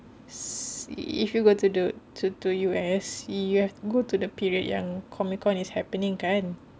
if you go to the to U_S you have go to the period yang comic con is happening kan